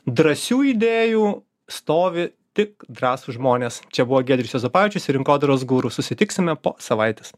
drąsių idėjų stovi tik drąsūs žmonės čia buvo giedrius juozapavičius rinkodaros guru susitiksime po savaitės